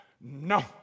No